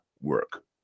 work